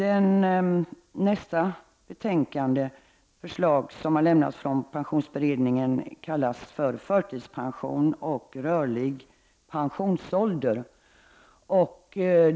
Ett nästa förslag som lämnades från pensionsberedningen kallades för förtidspension och rörlig pensionsålder.